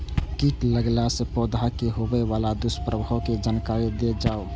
कीट लगेला से पौधा के होबे वाला दुष्प्रभाव के जानकारी देल जाऊ?